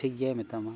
ᱴᱷᱤᱠ ᱜᱮᱭᱟᱭ ᱢᱮᱛᱟᱢᱟ